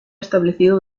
establecido